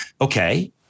Okay